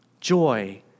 joy